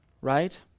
right